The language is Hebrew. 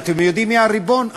ואתם יודעים מי הריבון?